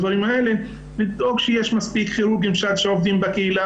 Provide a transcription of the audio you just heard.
לדאוג שיש מספיק כירורגים שעובדים בקהילה